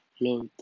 Lord